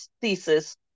thesis